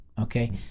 okay